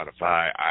Spotify